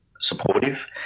supportive